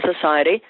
society